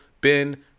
Ben